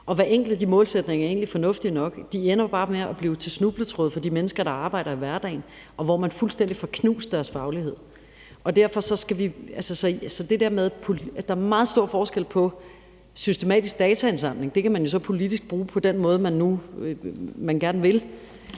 Hver enkelt af de målsætninger er egentlig fornuftig nok. De ender bare med at blive til snubletråde for de mennesker, der arbejder med det i hverdagen, og at man fuldstændig får knust deres faglighed. Der er meget stor forskel på systematisk dataindsamling – det kan man jo så politisk bruge på den måde, man gerne vil